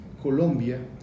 Colombia